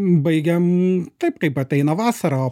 baigiam taip kaip ateina vasara o